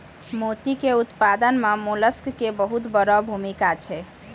मोती के उपत्पादन मॅ मोलस्क के बहुत वड़ो भूमिका छै